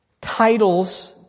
titles